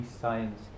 Science